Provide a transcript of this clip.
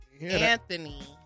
Anthony